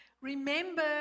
remember